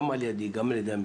גם על ידי וגם על ידי המשרד,